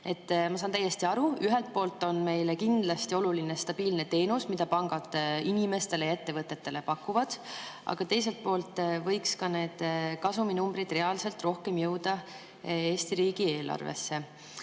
Ma saan täiesti aru, ühelt poolt on meile kindlasti oluline see stabiilne teenus, mida pangad inimestele ja ettevõtetele pakuvad, aga teiselt poolt võiks ka kasuminumbrid reaalselt rohkem jõuda Eesti riigi eelarvesse,